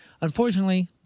Unfortunately